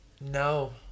No